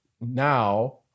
now